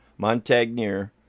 Montagnier